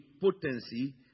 potency